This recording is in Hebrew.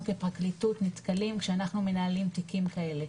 כפרקליטות נתקלים כשאנחנו מנהלים תיקים כאלה,